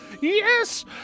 Yes